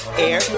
air